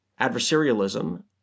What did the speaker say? Adversarialism